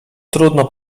trudno